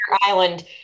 Island